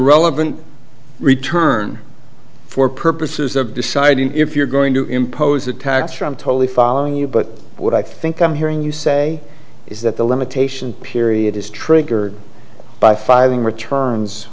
relevant return for purposes of deciding if you're going to impose a tax from totally following you but what i think i'm hearing you say is that the limitation period is triggered by filing returns